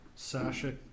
Sasha